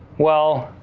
well,